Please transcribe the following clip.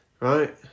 Right